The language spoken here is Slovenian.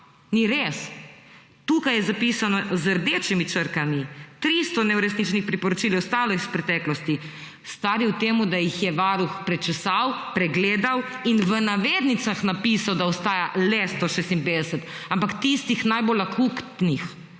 Ni res. Tukaj je zapisano z rdečimi črkami: 300 neuresničenih priporočil je ostalo iz preteklosti. Stvar je v tem, da jih Varuh prečesal, pregledal in v navednicah napisal, da jih ostaja le 156, ampak tistih najbolj akutnih.